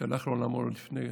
שהלך לעולמו לפני